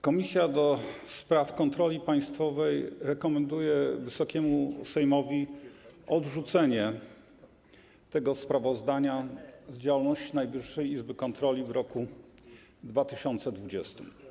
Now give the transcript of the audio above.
Komisja do Spraw Kontroli Państwowej rekomenduje Wysokiemu Sejmowi odrzucenie sprawozdania z działalności Najwyższej Izby Kontroli w roku 2020.